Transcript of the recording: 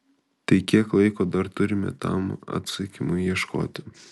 tai kiek laiko dar turime tam atsakymui ieškoti